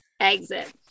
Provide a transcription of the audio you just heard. exit